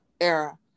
era